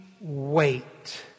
wait